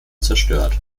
zerstört